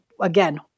again